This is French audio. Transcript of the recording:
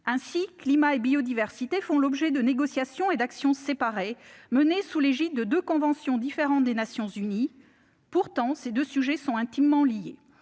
Ainsi, climat et biodiversité font l'objet de négociations et d'actions séparées, menées sous l'égide de deux conventions différentes des Nations unies. Pourtant, ces deux sujets sont intimement liés